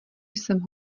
jsem